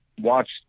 watch